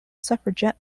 suffragette